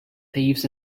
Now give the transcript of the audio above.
thieves